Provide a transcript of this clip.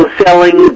selling